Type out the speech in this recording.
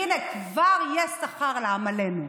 הינה, כבר יש שכר לעמלנו.